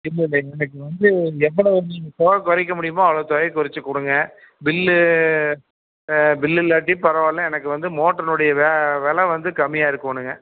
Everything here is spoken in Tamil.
இல்லை இல்லை இன்னைக்கு வந்து எவ்வளோ நீங்கள் தொகையை குறைக்க முடியுமோ அவ்வளோ தொகையை கொறைச்சிக் கொடுங்க பில்லு பில் இல்லாட்டி பரவாயில்ல எனக்கு வந்து மோட்டாருனுடைய வெலை வந்து கம்மியாக இருக்கணுங்க